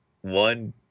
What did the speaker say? one